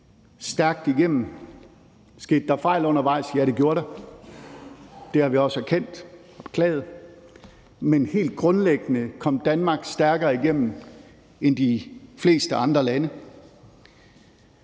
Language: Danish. stærkt igennem. Skete der fejl undervejs? Ja, det gjorde der, og det har vi også erkendt og beklaget. Men helt grundlæggende kom Danmark stærkere igennem end de fleste andre lande.